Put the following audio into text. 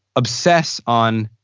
obsess on,